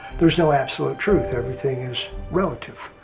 there's no absolute truth, everything is relative,